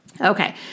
Okay